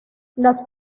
las